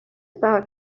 about